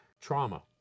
Trauma